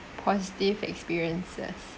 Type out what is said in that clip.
positive experiences